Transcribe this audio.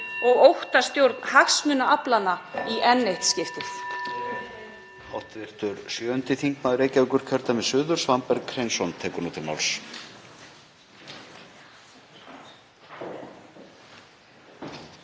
og óttastjórn hagsmunaaflanna í enn eitt skiptið.